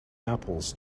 apples